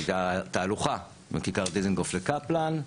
הייתה תהלוכה מכיכר דיזנגוף לקפלן.